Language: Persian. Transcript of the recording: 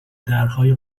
درهای